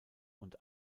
und